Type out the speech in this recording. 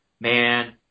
man